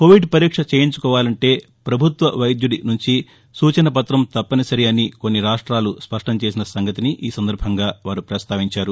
Covid పరీక్ష చేయించుకోవాలంటే ప్రపభుత్వ వైద్యుడి నుంచి సూచన పృతం తప్పనిసరి అని కొన్ని రాష్ట్లాలు స్పష్ణం చేసిన సంగతిని ప్రస్తావించారు